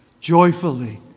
joyfully